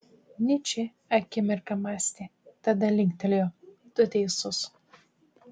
nyčė akimirką mąstė tada linktelėjo tu teisus